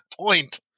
point